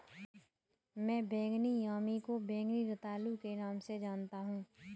मैं बैंगनी यामी को बैंगनी रतालू के नाम से जानता हूं